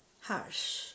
harsh